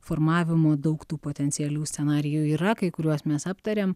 formavimo daug tų potencialių scenarijų yra kai kuriuos mes aptarėm